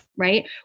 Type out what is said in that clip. Right